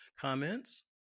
comments